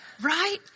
Right